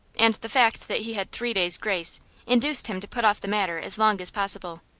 and the fact that he had three days grace induced him to put off the matter as long as possible.